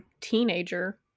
teenager